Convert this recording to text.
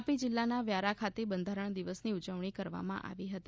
તાપી જિલ્લાના વ્યારા ખાતે બંધારણ દિવસની ઉજવણી કરવામાં આવી હતી